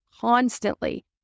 constantly